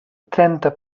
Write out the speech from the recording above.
trenta